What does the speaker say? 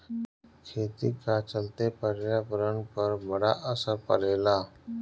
खेती का चलते पर्यावरण पर बड़ा असर पड़ेला